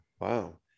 wow